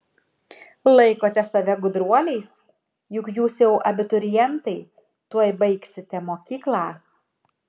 laikote save gudruoliais juk jūs jau abiturientai tuoj baigsite mokyklą